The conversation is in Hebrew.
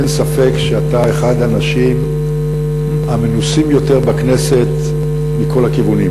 אין ספק שאתה אחד האנשים המנוסים ביותר בכנסת מכל הכיוונים,